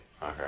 Okay